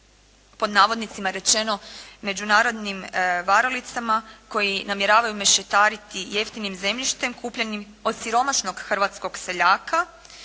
pod navodnicima rečeno "međunarodnim varalicama" koji namjeravaju mešetariti jeftinim zemljištem, kupljenim od siromašnog hrvatskog seljaka